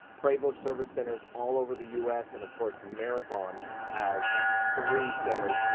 prevost service centers all over the us, and of course, marathon has three centers,